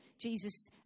Jesus